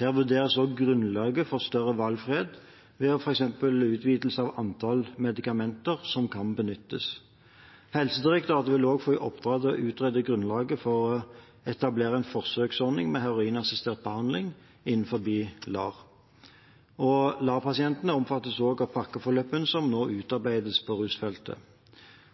Her vurderes også grunnlaget for en større valgfrihet, f.eks. ved en utvidelse av antallet medikamenter som kan benyttes. Helsedirektoratet vil også få i oppdrag å utrede grunnlaget for å etablere en forsøksordning med heroinassistert behandling innenfor LAR. LAR-pasientene omfattes også av pakkeforløpene som nå utarbeides på rusfeltet.